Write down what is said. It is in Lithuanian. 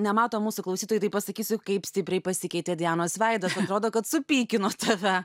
nemato mūsų klausytojai tai pasakysiu kaip stipriai pasikeitė dianos veidas atrodo kad supykino tave